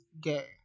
gay